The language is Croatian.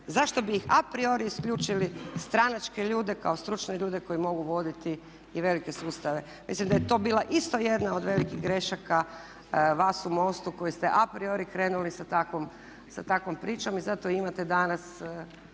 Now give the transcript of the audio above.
zašto bi ih a priori isključili stranačke ljude kao stručne ljude koji mogu voditi i velike sustave. Mislim da je to bila isto jedna od velikih grešaka vas u MOST-u koji ste a priori krenuli sa takvom pričom i zato imate danas